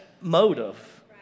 motive